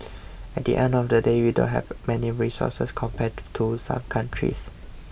at the end of the day we don't have many resources compared to some countries